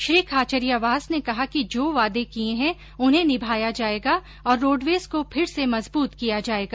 श्री खाचरियावास ने कहा कि जो वादे किये हैं उन्हें निभाया जायेगा और रोडवेज को फिर से मजबूत किया जायेगा